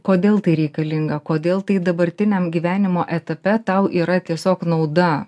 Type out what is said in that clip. kodėl tai reikalinga kodėl tai dabartiniam gyvenimo etape tau yra tiesiog nauda